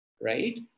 right